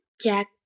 Jack